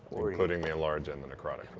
including the enlarged and the necrotic.